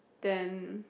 then